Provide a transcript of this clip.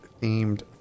themed